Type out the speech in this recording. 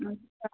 अच्छा